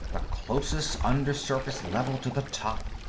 the closest undersurface level to the top!